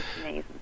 amazing